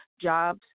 jobs